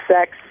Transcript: sex